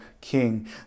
king